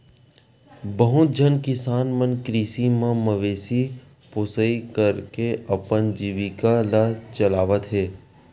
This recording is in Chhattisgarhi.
बहुत झन किसान मन कृषि म मवेशी पोसई करके अपन जीविका ल चलावत हे